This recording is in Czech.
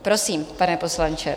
Prosím, pane poslanče.